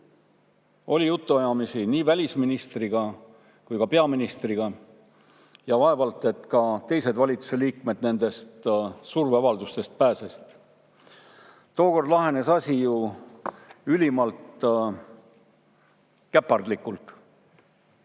Oli jutuajamisi nii välisministriga kui ka peaministriga ja vaevalt et ka teised valitsuse liikmed nendest surveavaldustest pääsesid. Tookord lahenes asi ju ülimalt käpardlikult.